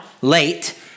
late